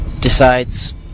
decides